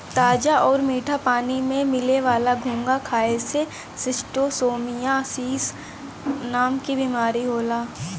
ताजा आउर मीठा पानी में मिले वाला घोंघा खाए से शिस्टोसोमियासिस नाम के बीमारी होला